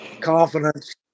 confidence